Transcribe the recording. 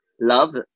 Love